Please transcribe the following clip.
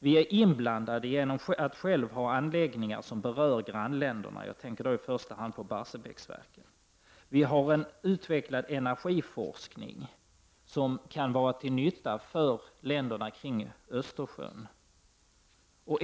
Vi är inblandade genom att vi själva har anläggningar som berör grannländerna. Jag tänker då i första hand på Barsebäcksverket. Vi har en utvecklad energiforskning som kan vara till nytta för länderna kring Östersjön.